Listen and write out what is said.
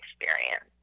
experience